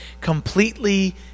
completely